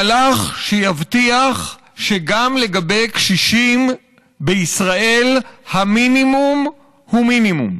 מהלך שיבטיח שגם לגבי קשישים בישראל המינימום הוא מינימום.